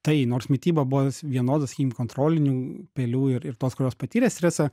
tai nors mityba buvo s vienoda sakykim kontrolinių pelių ir ir tos kurios patyrė stresą